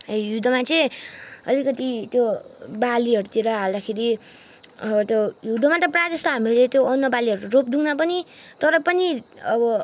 हिउँदोमा चाहिँ अलिकति त्यो बालीहरूतिर हाल्दाखेरि अब त्यो हिउँदोमा त प्राय जस्तो हामीले त्यो अन्न बालीहरू रोपदैनौँ पनि तर पनि अब के